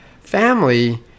family